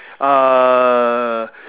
uh